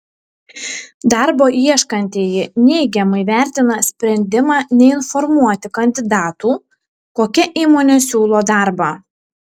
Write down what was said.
darbo ieškantieji neigiamai vertina sprendimą neinformuoti kandidatų kokia įmonė siūlo darbą